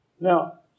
Now